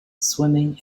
swimming